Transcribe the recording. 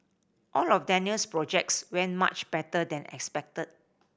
all of Daniel's projects went much better than expected